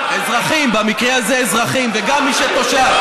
אזרחים, במקרה הזה אזרחים, וגם מי שתושב.